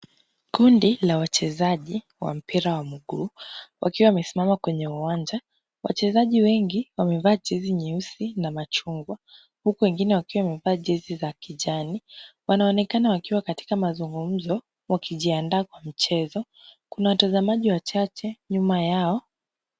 Kundi la wachezaji wa mpira wa mguu wakiwa wamesimama kwenye uwanja. Wachezaji wengi wamevaa jezi nyeusi na machungwa, huku wengine wakiwa wamevaa jezi za kijani. Wanaonekana wakiwa katika mazungumzo wakijiandaa kwa mchezo. Kuna watazamaji wachache, nyuma yao,